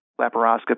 laparoscopy